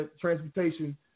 transportation